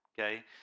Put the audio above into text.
okay